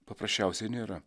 paprasčiausiai nėra